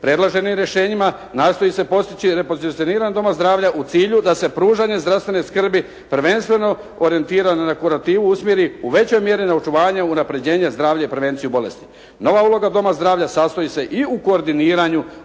Predloženim rješenjima nastoji se postići repozicioniranje doma zdravlja u cilju da se pružanje zdravstvene skrbi prvenstveno orijentira na … /Govornik se ne razumije./ … usmjeri u većoj mjeri na očuvanje, unapređenje zdravlja i prevenciju bolesti. Nova uloga doma zdravlja sastoji se i u koordiniranju,